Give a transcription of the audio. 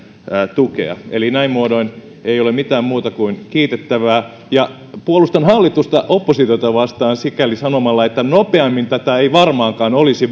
tukea eli näin muodoin ei ole mitään muuta kuin kiitettävää ja puolustan hallitusta oppositiota vastaan sanomalla että nopeammin tätä ei varmaankaan olisi